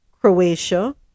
Croatia